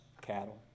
cattle